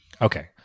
Okay